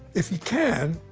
if you can,